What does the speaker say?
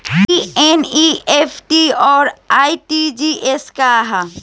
ई एन.ई.एफ.टी और आर.टी.जी.एस का ह?